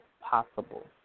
possible